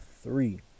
three